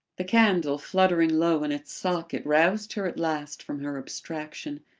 the candle fluttering low in its socket roused her at last from her abstraction.